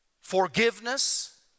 forgiveness